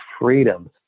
freedom